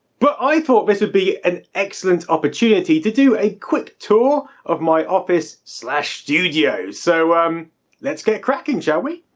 but i thought this would be an excellent opportunity to do a quick tour of my office so ah studio, so um let's get cracking shall we?